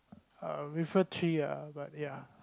uh prefer three ah but ya